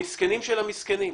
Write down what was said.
המסכנים של המסכנים.